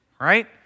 right